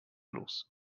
los